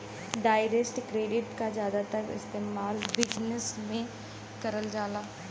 direct credit क जादातर इस्तेमाल बिजनेस में करल जाला